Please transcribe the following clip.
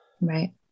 Right